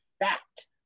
fact